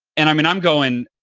and i mean, i'm going,